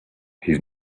his